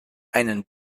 einen